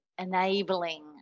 enabling